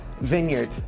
Vineyard